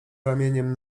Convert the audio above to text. ramieniem